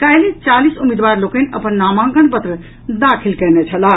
काल्हि चालीस उम्मीदवार लोकनि अपन नामांकन पत्र दाखिल कयने छलाह